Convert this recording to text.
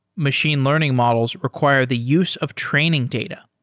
machine learning models require the use of training data,